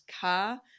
car